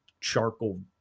charcoal